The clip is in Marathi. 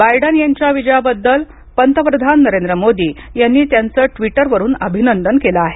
बायडन यांच्या विजयाबद्दल पंतप्रधान नरेंद्र मोदी यांनी त्यांचे ट्विटरवरून अभिनंदन केले आहे